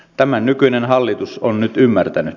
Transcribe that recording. tämän nykyinen hallitus on nyt ymmärtänyt